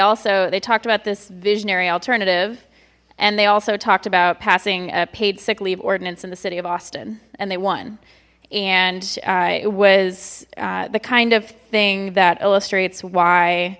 also they talked about this visionary alternative and they also talked about passing a paid sick leave ordinance in the city of austin and they won and i was the kind of thing that illustrates why